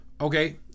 Okay